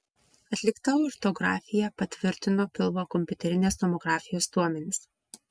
atlikta aortografija patvirtino pilvo kompiuterinės tomografijos duomenis